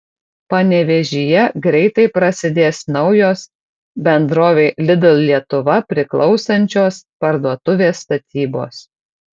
panevėžyje greitai prasidės naujos bendrovei lidl lietuva priklausančios parduotuvės statybos